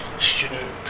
student